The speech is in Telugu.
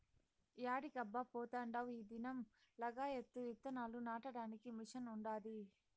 యాడికబ్బా పోతాండావ్ ఈ దినం లగాయత్తు ఇత్తనాలు నాటడానికి మిషన్ ఉండాది